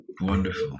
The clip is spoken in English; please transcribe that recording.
wonderful